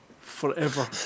forever